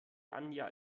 anja